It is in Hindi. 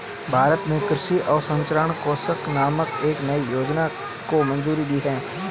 भारत ने कृषि अवसंरचना कोष नामक एक नयी योजना को मंजूरी दी है